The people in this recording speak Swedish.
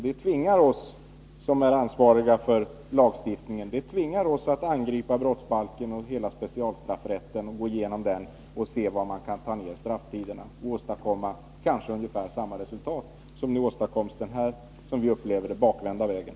Det tvingar oss som är ansvariga för lagstiftningen att angripa brottsbalken och hela specialstraffrätten och gå igenom dem för att se var strafftiderna kan förändras — och kanske åstadkomma ungefär samma resultat som nu åstadkoms på den här, som vi upplever det, bakvända vägen.